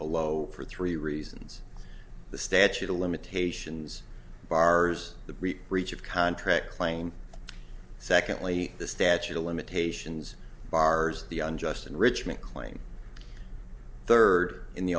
below for three reasons the statute of limitations bars the breach of contract claim secondly the statute of limitations bars the unjust enrichment claim third in the